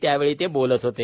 त्यावेळी ते बोलत होते